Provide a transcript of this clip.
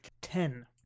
Ten